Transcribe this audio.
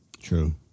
True